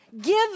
Give